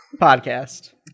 Podcast